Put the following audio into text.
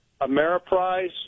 Ameriprise